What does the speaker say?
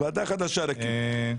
ועדה חדשה נקים.